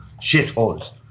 shitholes